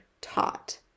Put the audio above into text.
taught